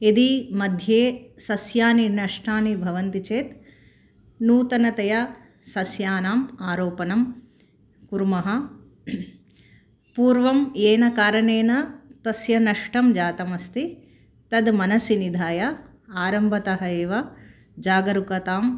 यदि मध्ये सस्यानि नष्टानि भवन्ति चेत् नूतनतया सस्यानां आरोपणं कुर्मः पूर्वं येन कारणेन तस्य नष्टं जातमस्ति तद् मनसि निधाय आरम्भतः एव जागरूकताम्